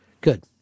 Good